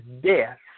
death